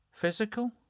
physical